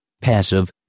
passive